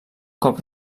cop